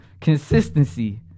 consistency